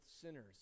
sinners